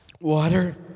water